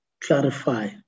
Clarify